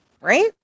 right